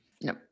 no